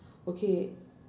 okay